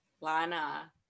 Lana